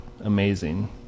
amazing